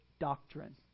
doctrine